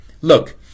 look